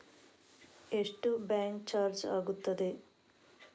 ಎಷ್ಟು bank charge ಆಗುತ್ತದೆ?